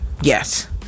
Yes